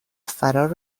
فرار